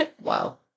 Wow